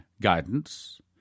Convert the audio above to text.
guidance